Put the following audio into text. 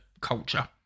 culture